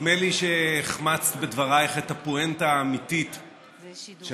נדמה לי שהחמצת בדברייך את הפואנטה האמיתית של